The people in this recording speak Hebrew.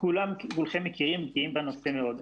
כולכם מכירים, בקיאים בנושא מאוד.